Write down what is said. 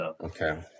Okay